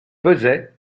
pesait